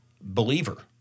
believer